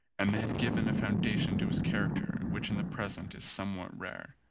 and they had given a founda tion to his character which in the present is some what rare.